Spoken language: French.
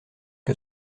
que